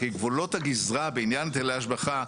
כי גבולות הגזרה בעניין היטלי השבחה,